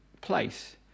place